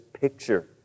picture